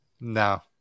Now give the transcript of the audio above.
no